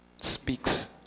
speaks